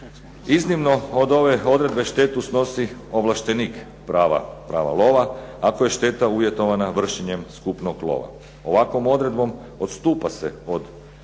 Iznimno od ove odredbe štetu snosi ovlaštenik prava lova ako je šteta uvjetovana vršenjem skupnog lova. Ovakvom odredbom odstupa se od